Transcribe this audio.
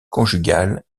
conjugale